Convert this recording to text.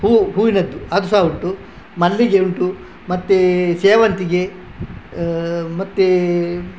ಹೂ ಹೂವಿನದ್ದು ಅದು ಸಹ ಉಂಟು ಮಲ್ಲಿಗೆ ಉಂಟು ಮತ್ತೇ ಸೇವಂತಿಗೆ ಮತ್ತೇ